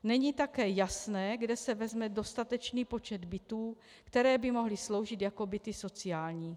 Není také jasné, kde se vezme dostatečný počet bytů, které by mohly sloužit jako byty sociální.